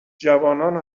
جوانان